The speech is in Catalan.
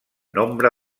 nombre